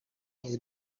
his